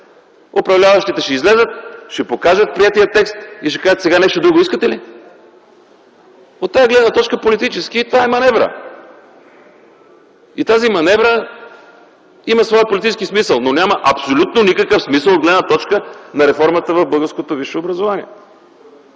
управляващите ще излязат, ще покажат приетия текст и ще кажат: сега нещо друго искате ли? От тази гледна точка политически това е маневра. Тази маневра има своя политически смисъл, но няма абсолютно никакъв смисъл от гледна точка на реформата в българското висше образование.